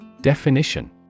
Definition